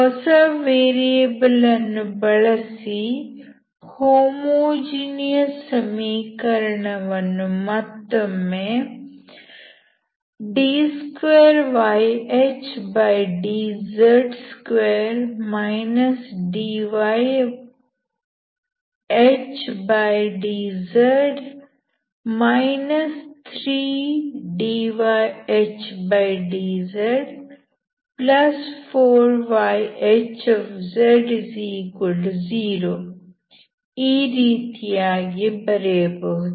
ಹೊಸ ವೇರಿಯಬಲ್ ಅನ್ನು ಬಳಸಿ ಹೋಮೋಜೀನಿಯಸ್ ಸಮೀಕರಣವನ್ನು ಮತ್ತೊಮ್ಮೆ d2yHdz2 dyHdz 3dyHdz4yH0 ಈ ರೀತಿಯಾಗಿ ಬರೆಯಬಹುದು